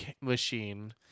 machine